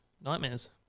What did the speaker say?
nightmares